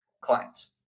clients